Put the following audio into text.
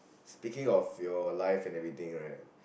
speaking of your life and everything right